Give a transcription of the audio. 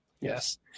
Yes